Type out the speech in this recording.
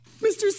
Mr